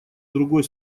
другой